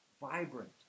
vibrant